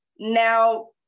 now